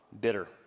bitter